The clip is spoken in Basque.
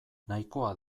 nahikoa